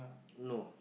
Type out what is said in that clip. no